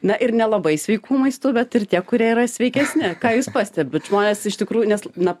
na ir nelabai sveikų maistų bet ir tie kurie yra sveikesni ką jūs pastebit žmonės iš tikrųjų nes na